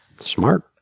Smart